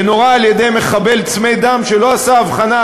שנורה על-ידי מחבל צמא דם שלא עשה הבחנה,